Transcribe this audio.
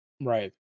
Right